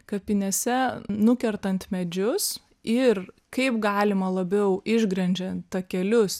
kapinėse nukertant medžius ir kaip galima labiau išgrindžian takelius